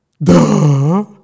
Duh